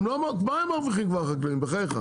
מה הם מרוויחים כבר החקלאים בחייך?